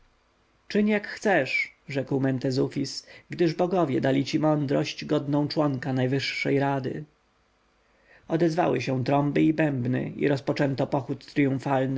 czyń jak chcesz rzekł mentezufis gdyż bogowie dali ci mądrość godną członka najwyższej rady odezwały się trąby i bębny i rozpoczęto pochód triumfalny